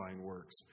works